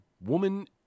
Woman